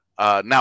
Now